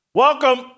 Welcome